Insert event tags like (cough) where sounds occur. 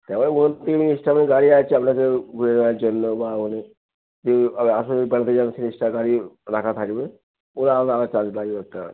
travel (unintelligible) স্ট্যান্ডে গাড়ি আছে আপনাদের ঘুরিয়ে নেওয়ার জন্য বা (unintelligible) রাখা থাকবে ওর আলাদা আলাদা চার্জ লাগবে একটা